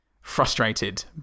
frustrated